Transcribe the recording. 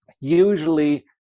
usually